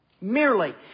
merely